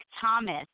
Thomas